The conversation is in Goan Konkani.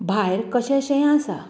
भायर कशेंशें आसा